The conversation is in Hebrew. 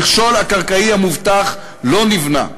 המכשול הקרקעי המובטח לא נבנה.